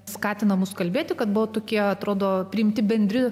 skatinamus kalbėti kad buvo tokie atrodo priimti bendri